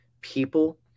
people